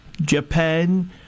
japan